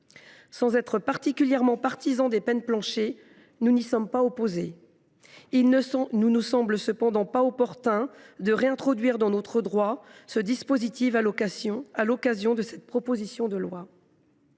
Sans être particulièrement partisans des peines planchers, nous n’y sommes pas opposés. Il ne nous semble cependant pas opportun de réintroduire dans notre droit ce dispositif à l’occasion de cette proposition de loi.